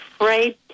afraid